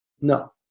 no